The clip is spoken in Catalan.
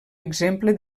exemple